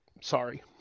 Sorry